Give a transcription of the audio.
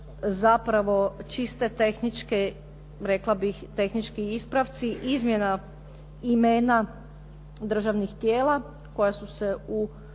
zapravo čiste tehničke, rekla bih tehnički ispravci izmjena imena državnih tijela koja su se u